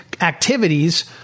activities